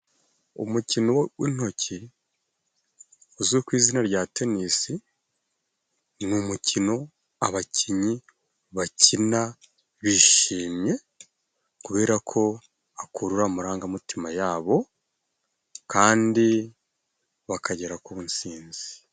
Umukino w'intoki uzwi ku izina rya tenisi ni umukino abakinnyi bakina bishimye, kubera ko ukurura amarangamutima yabo kandi bakagera ku nsinzi.